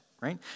right